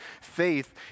faith